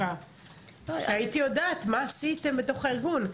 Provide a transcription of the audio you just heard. הייתי יודעת מה עשיתם בתוך הארגון,